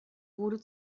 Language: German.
wurde